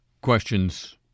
questions